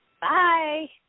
Bye